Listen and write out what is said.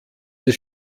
des